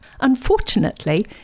Unfortunately